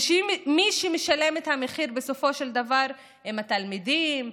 ושמי שמשלם את המחיר בסופו של דבר הם התלמידים,